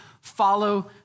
follow